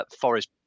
forest